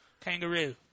kangaroo